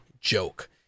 joke